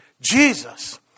Jesus